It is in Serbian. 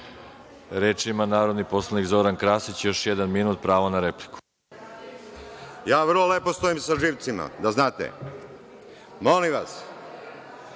ima narodni poslanik Zoran Krasić, još jedan minut, pravo na repliku. **Zoran Krasić** Ja vrlo lepo stojim sa živcima, da znate. Molim vas,